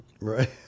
Right